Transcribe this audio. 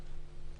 "רקמן".